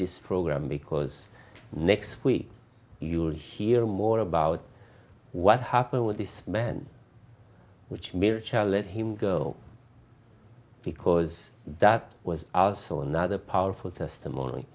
this program because next week you'll hear more about what happened with this man which mere child let him go because that was also another powerful testimony